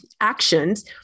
actions